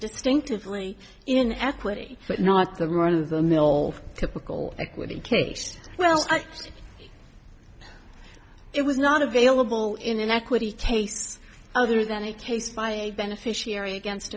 distinctively in equity but not the run of the mill typical equity case well it was not available in an equity case other than a case by a beneficiary against